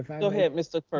go ahead, mr.